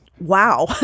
wow